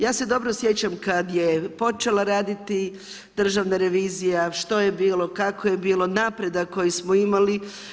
Ja se dobro sjećam kada je počela raditi državna revizija što je bilo, kako je bilo, napredak koji smo imali.